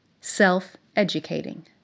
Self-educating